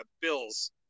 bills